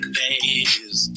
days